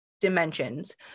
dimensions